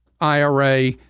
IRA